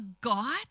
God